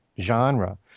genre